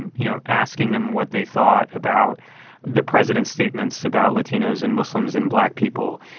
and you know, asking them what they thought about the president's statements about latinos and muslims and black people.